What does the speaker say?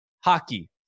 hockey